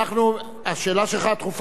אז אני אתן לך אחרי זה.